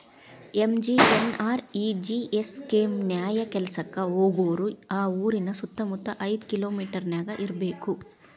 MGNREGS scheme ನ್ಯಾಯ ಕೆಲ್ಸಕ್ಕ ಹೋಗೋರು ಆ ಊರಿನ ಸುತ್ತಮುತ್ತ ಐದ್ ಕಿಲೋಮಿಟರನ್ಯಾಗ ಇರ್ಬೆಕ್